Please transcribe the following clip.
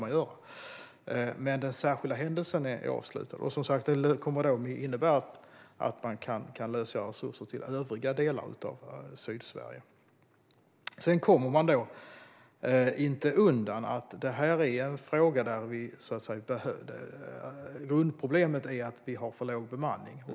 Men som sagt är den särskilda händelsen avslutad, vilket innebär att man kan lösgöra resurser till övriga delar av Sydsverige. Man kommer inte undan att grundproblemet är att vi har för låg bemanning.